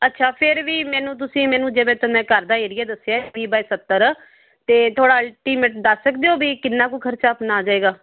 ਅੱਛਾ ਫਿਰ ਵੀ ਮੈਨੂੰ ਤੁਸੀਂ ਮੈਨੂੰ ਜਿਵੇਂ ਤਾਂ ਮੈਂ ਘਰ ਦਾ ਏਰੀਆ ਦੱਸਿਆ ਵੀਹ ਬਾਈਏ ਸੱਤਰ ਅਤੇ ਥੋੜ੍ਹਾ ਅਲਟੀਮੇਟ ਦੱਸ ਸਕਦੇ ਹੋ ਵੀ ਕਿੰਨਾ ਕੁ ਖਰਚਾ ਆਪਣਾ ਆ ਜਾਵੇਗਾ